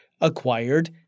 acquired